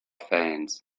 fans